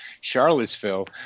Charlottesville